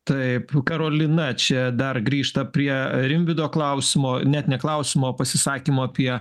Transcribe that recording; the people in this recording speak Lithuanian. taip karolina čia dar grįžta prie rimvydo klausimo net ne klausimo o pasisakymo apie